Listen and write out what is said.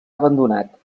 abandonat